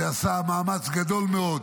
שעשה מאמץ גדול מאוד